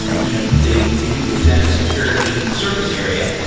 you know they they do present a security surface area.